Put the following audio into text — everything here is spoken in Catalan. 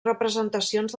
representacions